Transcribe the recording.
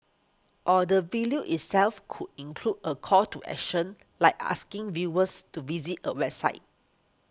or the vileo itself could include a call to action like asking viewers to visit a website